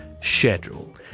schedule